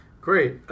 Great